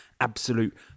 absolute